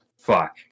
fuck